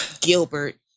Gilbert